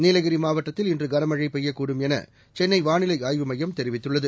நீலகிரி மாவட்டத்தில் இன்று கனமழை பெய்யக்கூடும் என சென்னை வானிலை ஆய்வு மையம் தெரிவித்துள்ளது